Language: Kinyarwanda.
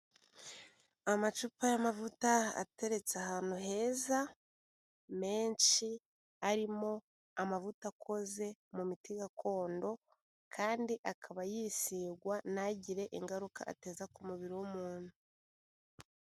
Amacupa y'amavuta ateretse ahantu heza, menshi arimo amavuta akoze mu miti gakondo, kandi akaba yisigwa ntagire ingaruka ateza ku mubiri w'umuntu.